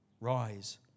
Rise